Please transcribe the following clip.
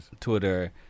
Twitter